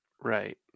Right